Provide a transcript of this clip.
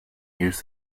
use